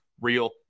real